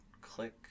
click